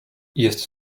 jest